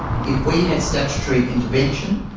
if we had statutory intervention,